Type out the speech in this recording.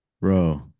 bro